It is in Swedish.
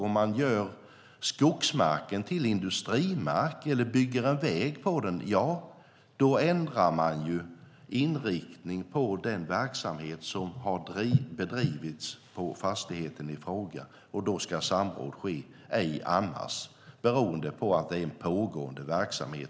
Om man gör skogsmark till industrimark eller bygger en väg på den ändrar man ju inriktning på verksamheten, och då ska samråd ske, inte annars när det är en pågående verksamhet.